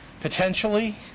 potentially